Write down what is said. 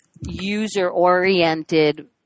user-oriented